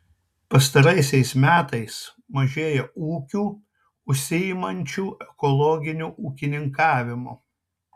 pastaraisiais metais mažėja ūkių užsiimančių ekologiniu ūkininkavimu